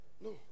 no